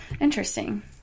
Interesting